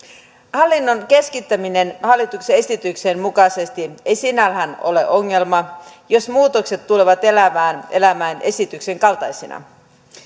hallinnon keskittäminen hallituksen esityksen mukaisesti ei sinällään ole ongelma jos muutokset tulevat elävään elämään esityksen kaltaisina